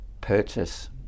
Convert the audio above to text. purchase